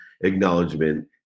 acknowledgement